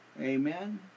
Amen